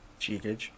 cheekage